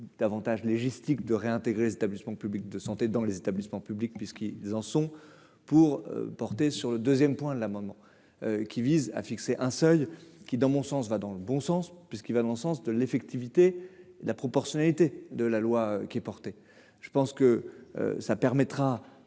davantage logistique de réintégrer l'établissement public de santé dans les établissements publics, puisqu'ils en sont, pour porter sur le 2ème point l'amendement qui vise à fixer un seuil qui dans mon sens, va dans le bon sens puisqu'il va dans le sens de l'effectivité, la proportionnalité de la loi qui est portée, je pense que ça permettra